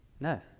No